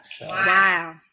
Wow